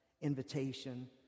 invitation